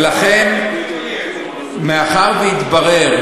ולכן, מאחר שהתברר